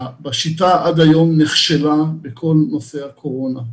בשיטה עד היום, נכשלה בכל נושא הקורונה.